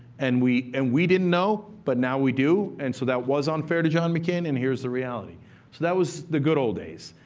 and and we didn't know, but now we do, and so that was unfair to john mccain, and here's the reality. so that was the good old days.